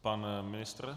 Pan ministr?